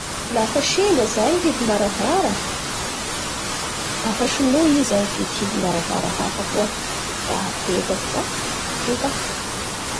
Lafa simba zay ny hidimbaravara dafa soloy i zay mividy hedimbaravara hafa koa da apetaky da vita.